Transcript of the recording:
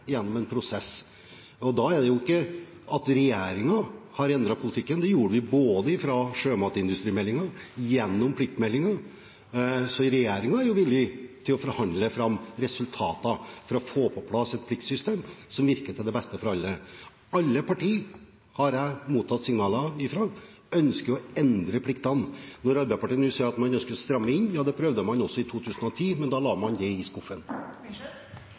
gjennom en prosess. Da er det jo ikke regjeringen som har endret politikken. Regjeringen er villig til å forhandle fram resultater for å få på plass et pliktsystem som virker til det beste for alle. Alle partiene jeg har mottatt signaler fra, ønsker å endre pliktene. Når Arbeiderpartiet nå sier at de vil stramme inn – det prøvde man også i 2010, men da la man det i skuffen.